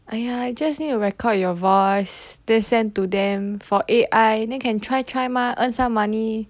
!aiya! you just need to record your voice then send to them for A_I then can try try mah earn some money